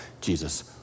Jesus